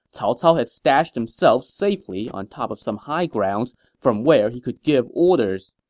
cao cao had stashed himself safely on top of some high grounds from where he could give orders.